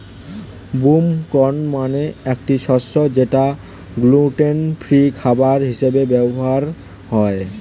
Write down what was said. broom corn মানে একটি শস্য যেটা গ্লুটেন ফ্রি খাবার হিসেবে ব্যবহার হয়